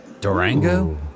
Durango